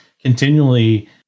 continually